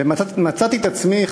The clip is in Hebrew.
ומצאתי את עצמי,